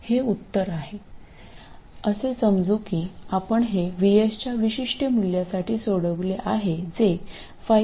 हे उत्तर आहे असे समजू की आपण हे VS च्या विशिष्ट मूल्यासाठी सोडविले आहे जे 5